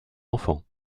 enfants